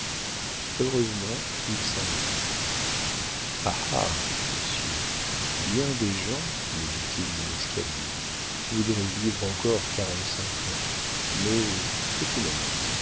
heureusement il s'en alla ah ah monsieur bien des gens me dit-il dans l'escalier voudraient vivre encore quarante-cinq ans mais petit moment